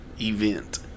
event